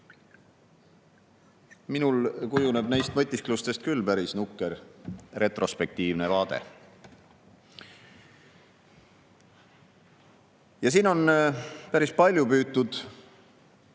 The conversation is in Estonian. Minul kujuneb neist mõtisklustest küll päris nukker retrospektiivne vaade. Ja siin on päris palju püütud